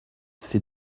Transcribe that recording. ses